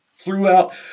throughout